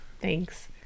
Thanks